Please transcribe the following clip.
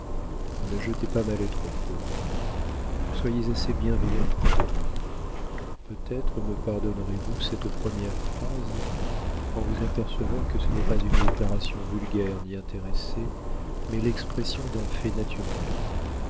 ne jetez pas ma lettre au feu soyez assez bienveillante pour la lire peut-être me pardonnerez-vous cette première phrase en vous apercevant que ce n'est pas une déclaration vulgaire ni intéressée mais l'expression d'un fait naturel